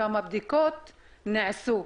כמה בדיקות נעשו?